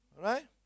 right